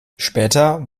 später